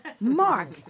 Mark